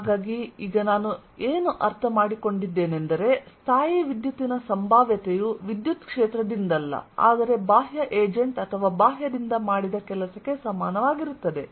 ಆದ್ದರಿಂದ ಈಗ ನಾನು ಅರ್ಥಮಾಡಿಕೊಂಡಿದ್ದೇನೆಂದರೆ ಸ್ಥಾಯೀವಿದ್ಯುತ್ತಿನ ಸಂಭಾವ್ಯತೆಯು ವಿದ್ಯುತ್ ಕ್ಷೇತ್ರದಿಂದಲ್ಲ ಆದರೆ ಬಾಹ್ಯ ಏಜೆಂಟ್ ಅಥವಾ ಬಾಹ್ಯದಿಂದ ಮಾಡಿದ ಕೆಲಸಕ್ಕೆ ಸಮಾನವಾಗಿರುತ್ತದೆ